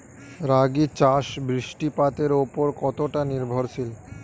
রাগী চাষ বৃষ্টিপাতের ওপর কতটা নির্ভরশীল?